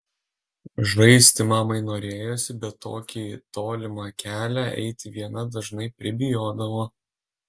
žaisti mamai norėjosi bet tokį tolimą kelią eiti viena dažnai pribijodavo